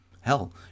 hell